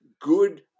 good